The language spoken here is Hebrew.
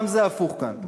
גם זה הפוך כאן.